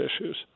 issues